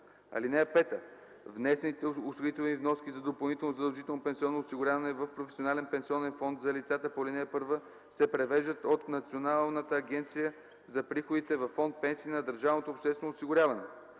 2011 г. (5) Внесените осигурителни вноски за допълнително задължително пенсионно осигуряване в професионален пенсионен фонд за лицата по ал. 1 се превеждат от Националната агенция за приходите във фонд „Пенсии” на държавното обществено осигуряване.